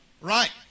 Right